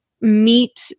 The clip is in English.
meet